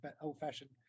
old-fashioned